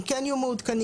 הם כן יהיו מעודכנים.